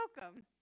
welcome